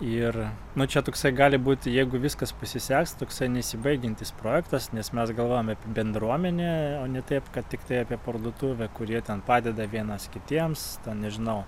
ir na čia toksai gali būti jeigu viskas pasiseks toksai nesibaigiantis projektas nes mes galvojam apie bendruomenę ne taip kad tiktai apie parduotuvę kurie ten padeda vienas kitiems ten nežinau